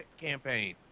campaign